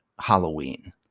Halloween